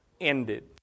ended